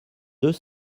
deux